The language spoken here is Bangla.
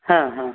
হ্যাঁ হ্যাঁ